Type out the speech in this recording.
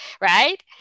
right